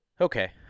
Okay